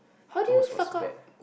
how do you suck up